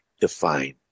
define